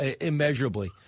immeasurably